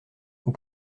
aux